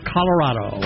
Colorado